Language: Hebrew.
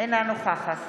אינה נוכחת